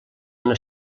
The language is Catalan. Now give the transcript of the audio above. una